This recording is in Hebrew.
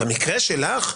במקרה שלך,